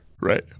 Right